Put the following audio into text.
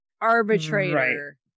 arbitrator